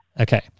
Okay